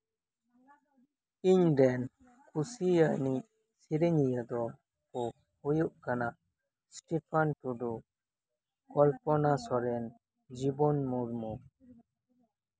ᱤᱧ ᱨᱮᱱ ᱠᱩᱥᱤ ᱟᱹᱱᱤᱡ ᱥᱮᱨᱮᱧᱤᱭᱟᱹ ᱫᱚᱠᱚ ᱦᱩᱭᱩᱜ ᱠᱟᱱᱟ ᱥᱴᱤᱯᱷᱟᱱ ᱴᱩᱰᱩ ᱠᱚᱞᱯᱚᱱᱟ ᱥᱚᱨᱮᱱ ᱡᱤᱵᱚᱱ ᱢᱩᱨᱢᱩ